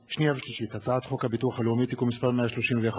שלישית: הצעת חוק הביטוח הלאומי (תיקון מס' 131,